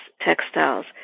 textiles